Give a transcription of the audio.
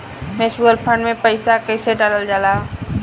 Mutual fund मे पईसा कइसे डालल जाला?